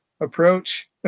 approach